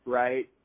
right